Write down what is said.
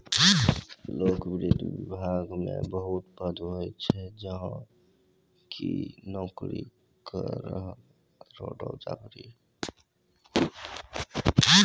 लोक वित्त विभाग मे बहुत पद होय छै जहां लोग नोकरी करै छै